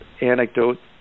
anecdote